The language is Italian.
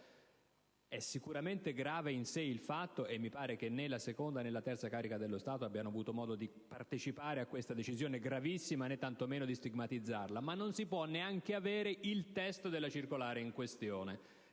Sicuramente il fatto è in sé grave, e mi pare che né la seconda né la terza carica dello Stato abbiano avuto modo di partecipare ad una decisione così pesante, né tanto meno di stigmatizzarla. Non si può neanche avere il testo della circolare in questione.